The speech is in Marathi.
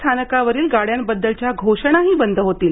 स्थानकावरील गाड्यांबद्दलच्या घोषणाही बंद होतील